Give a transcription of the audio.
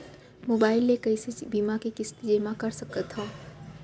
Mobile ले कइसे बीमा के किस्ती जेमा कर सकथव?